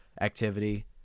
activity